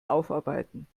aufarbeiten